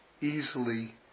easily